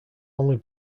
only